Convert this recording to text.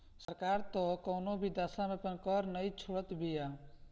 सरकार तअ कवनो भी दशा में आपन कर नाइ छोड़त बिया